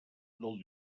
del